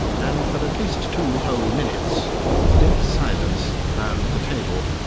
and for at least two whole minutes there was dead silence round the table.